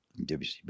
WCB